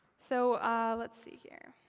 so let's see here.